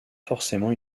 forcément